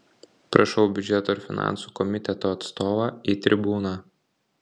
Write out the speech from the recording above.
prašau biudžeto ir finansų komiteto atstovą į tribūną